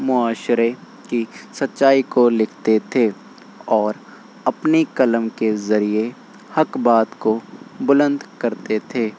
معاشرے کی سچائی کو لکھتے تھے اور اپنی قلم کے ذریعے حق بات کو بلند کرتے تھے